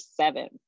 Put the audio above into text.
seven